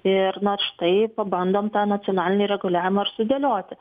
ir na štai pabandom tą nacionalinį reguliavimą ir sudėlioti